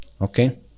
Okay